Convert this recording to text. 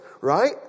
right